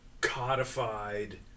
codified